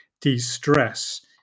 de-stress